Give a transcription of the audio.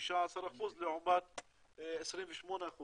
16% לעומת 28%,